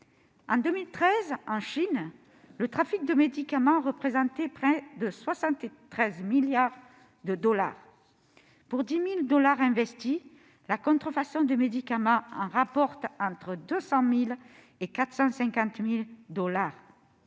En 2013, en Chine, le trafic de médicaments représentait près de 73 milliards de dollars. Pour 10 000 dollars investis, la contrefaçon de médicaments rapporte entre 200 000 dollars et 450 000 dollars.